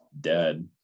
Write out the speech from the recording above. dead